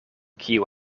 kiu